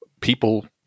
people